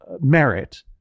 merit